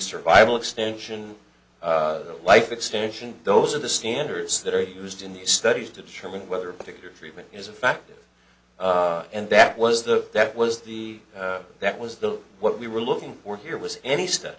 survival extension life extension those are the standards that are used in the study to determine whether a particular treatment is a factor and that was the that was the that was the what we were looking for here was any stu